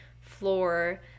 floor